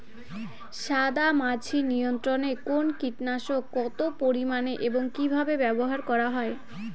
সাদামাছি নিয়ন্ত্রণে কোন কীটনাশক কত পরিমাণে এবং কীভাবে ব্যবহার করা হয়?